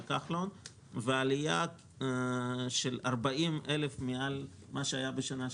כחלון ועלייה של 40,000 מעל מה שהיה בשנה שעברה.